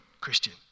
Christian